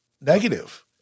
negative